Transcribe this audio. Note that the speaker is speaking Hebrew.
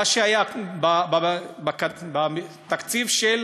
מה שהיה בתקציב של